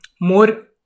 more